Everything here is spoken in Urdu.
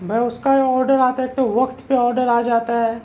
بھائی اس کا آڈر آتا ہے تو وقت پہ آڈر آ جاتا ہے